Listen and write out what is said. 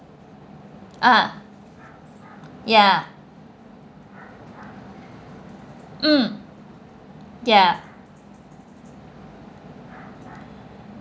ah ya mm ya